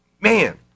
man